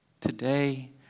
today